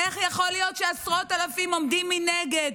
איך יכול להיות שעשרות אלפים עומדים מנגד